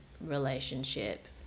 relationship